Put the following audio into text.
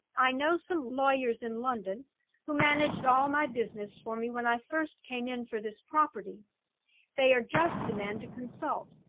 i know some lawyers in london who managed all my business for me when i first came in for this property they are just the men to consult.